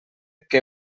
què